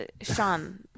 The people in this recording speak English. Sean